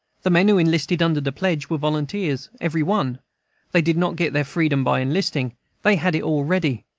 the men who enlisted under the pledge were volunteers, every one they did not get their freedom by enlisting they had it already.